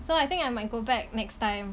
so I think I might go back next time